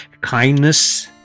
kindness